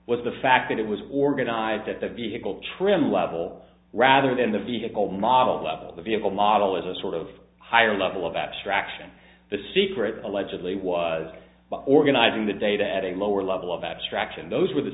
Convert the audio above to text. was the fact that it was organized that the vehicle trim level rather than the vehicle model level of the vehicle model as a sort of higher level of abstraction the secret allegedly was organizing the data at a lower level of abstraction those were the